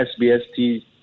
SBST